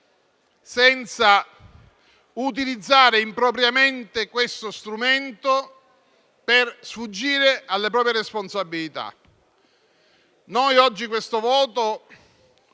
senza utilizzare impropriamente questo strumento per sfuggire alle proprie responsabilità. Noi oggi questo voto